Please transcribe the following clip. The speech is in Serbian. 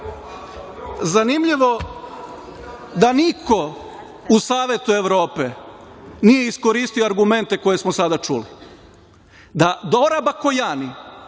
Zanimljivo da niko u Savetu Evrope nije iskoristio argumente koje smo sada čuli. Da Dora Bakojani,